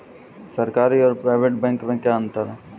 सरकारी और private bank में क्या अंतर है?